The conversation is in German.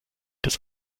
dass